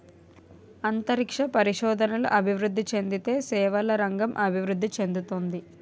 అంతరిక్ష పరిశోధనలు అభివృద్ధి చెందితే సేవల రంగం అభివృద్ధి చెందుతుంది